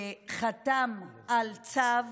והוא חתם על צו